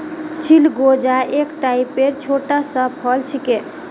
चिलगोजा एक टाइपेर छोटा सा फल छिके